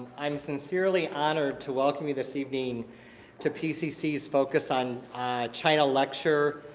i'm sincerely honored to welcome you this evening to pcc's focus on china lecture,